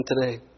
today